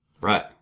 Right